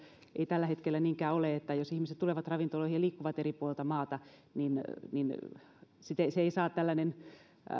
ei tällä hetkellä niin olekaan niin se että jos ihmiset tulevat ravintoloihin ja liikkuvat eri puolilta maata ei saa